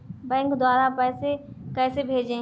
Bank द्वारा पैसे कैसे भेजें?